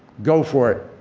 go for it!